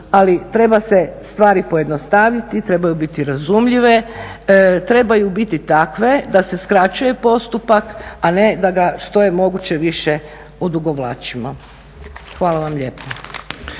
ali treba se stvari pojednostaviti, trebaju biti razumljive, trebaju biti takve da se skraćuje postupak, a ne da ga što je moguće više odugovlačimo. Hvala vam lijepo.